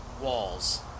walls